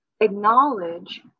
acknowledge